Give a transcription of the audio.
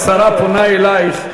השרה פונה אלייך,